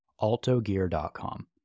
altogear.com